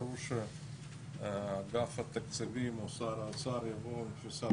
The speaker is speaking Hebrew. ברור שאגף התקציבים או השר יבואו עם תפיסת